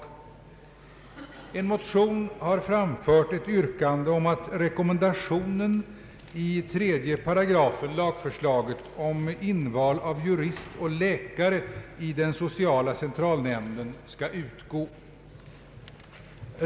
I en motion har framförts ett yrkande om att rekommendationen i 3 § lagförslaget om inval av jurist och läkare i den sociala centralnämnden skall utgå.